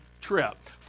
trip